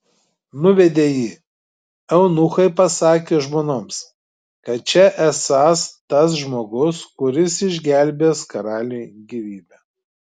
nuvedę jį eunuchai pasakė žmonoms kad čia esąs tas žmogus kuris išgelbėjęs karaliui gyvybę